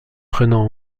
prenant